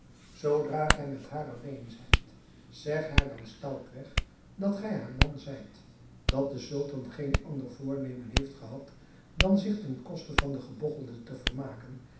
zoodra gij met haar alleen zijt zeg haar dan stout weg dat gij haar man zijt dat de sultan geen ander voornemen heeft gehad dan zich ten koste van den gebogchelde te vermaken